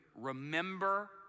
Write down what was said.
Remember